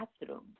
bathroom